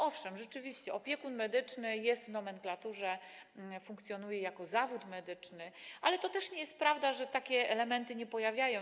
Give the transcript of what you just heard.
Owszem, rzeczywiście opiekun medyczny jest w nomenklaturze, funkcjonuje jako zawód medyczny, ale to też nie jest prawda, że takie elementy się nie pojawiają.